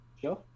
Sure